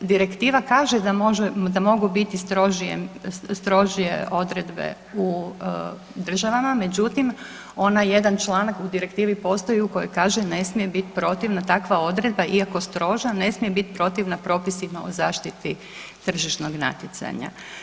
Direktiva kaže da mogu biti strožije odredbe u državama, međutim, ovaj jedan članak u direktivi postoji u koji kaže ne smije biti protivna takva odredba, iako stroža, ne smije biti protivna propisima o zaštiti tržišnog natjecanja.